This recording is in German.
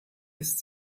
ist